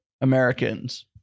Americans